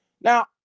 Now